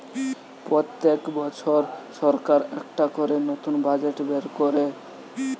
পোত্তেক বছর সরকার একটা করে নতুন বাজেট বের কোরে